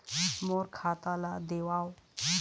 मोर खाता ला देवाव?